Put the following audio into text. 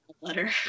letter